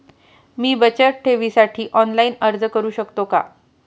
मी बचत ठेवीसाठी ऑनलाइन अर्ज करू शकतो का?